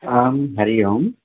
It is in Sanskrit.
आं हरिः ओम्